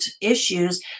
issues